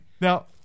Now